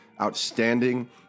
outstanding